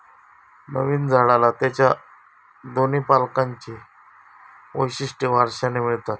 नवीन झाडाला त्याच्या दोन्ही पालकांची वैशिष्ट्ये वारशाने मिळतात